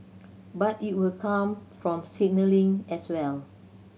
but it will come from signalling as well